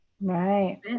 Right